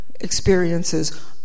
experiences